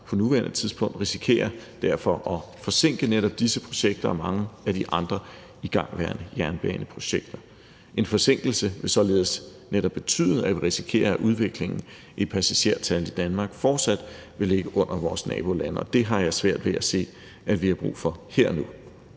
på nuværende tidspunkt risikerer derfor at forsinke netop disse projekter og mange af de andre igangværende jernbaneprojekter. En forsinkelse vil således netop betyde, at vi risikerer, at udviklingen vil være, at passagertallet fortsat vil ligge under vores nabolande, og det har jeg svært ved at se at vi har brug for her og nu.